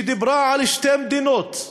שדיברה על שתי מדינות.